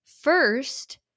First